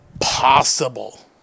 possible